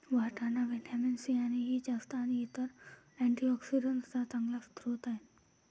वाटाणा vitamin C आणि E, जस्त आणि इतर अँटीऑक्सिडेंट्सचा चांगला स्रोत आहे